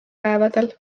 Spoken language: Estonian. päevadel